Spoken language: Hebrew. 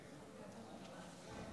תודה רבה.